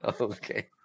Okay